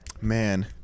Man